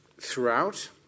throughout